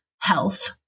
health